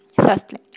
Firstly